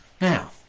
now